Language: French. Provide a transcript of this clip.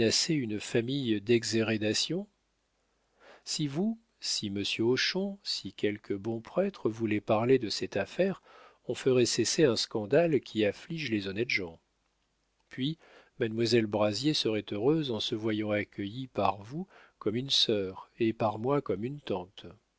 une famille d'exhérédation si vous si monsieur hochon si quelque bon prêtre voulaient parler de cette affaire on ferait cesser un scandale qui afflige les honnêtes gens puis mademoiselle brazier serait heureuse en se voyant accueillie par vous comme une sœur et par moi comme une tante